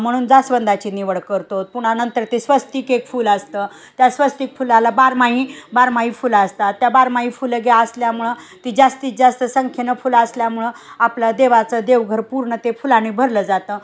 म्हणून जास्वंदाची निवड करतोत पुन्हा नंतर ते स्वस्तिक एक फुलं असतं त्या स्वस्तिक फुलाला बारमाही बारमाही फुलं असतात त्या बारमाही फुलं ग्या असल्यामुळं ती जास्तीत जास्त संख्येनं फुलं असल्यामुळं आपलं देवाचं देवघर पूर्ण ते फुलानी भरलं जातं